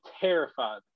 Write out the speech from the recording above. terrified